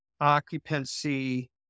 occupancy